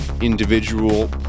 individual